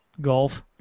Golf